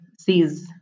sees